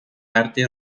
arte